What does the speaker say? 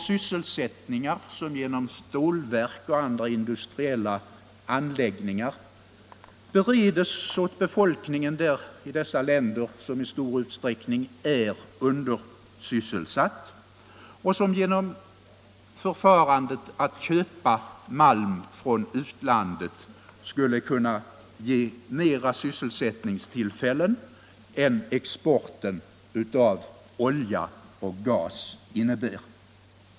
Vid köp av malm från utlandet bereds åt befolkningen i dessa länder, som i stor utsträckning är undersysselsatt, fler arbetstillfällen än vad enbart exporten av olja och gas medför.